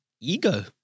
ego